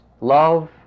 love